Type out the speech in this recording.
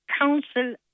council